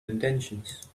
intentions